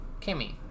Kimmy